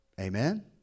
Amen